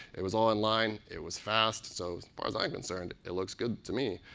it was all inline. it was fast. so far as i'm concerned, it looks good to me.